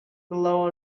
below